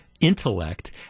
intellect